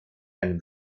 einem